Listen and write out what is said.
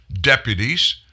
deputies